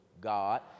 God